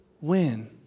win